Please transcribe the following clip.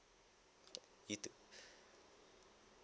you too